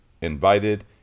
invited